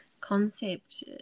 concept